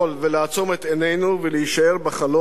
לעצום את עינינו ולהישאר בחלום,